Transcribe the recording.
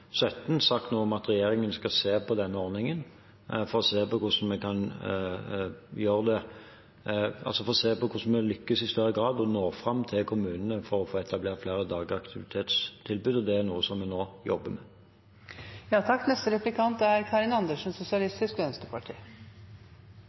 sagt noe om at regjeringen skal se på denne ordningen for å se på hvordan vi kan lykkes i større grad og nå fram til kommunene for å få etablert flere dagaktivitetstilbud, og det er noe som vi nå jobber med. Jeg må spørre litt om det som står i proposisjonen om økonomiske og administrative konsekvenser, for det er